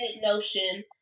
notion